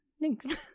Thanks